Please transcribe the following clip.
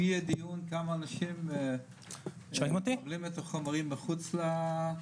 האם יהיה דיון כמה אנשים מקבלים את החומרים מחוץ ל..?